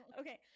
okay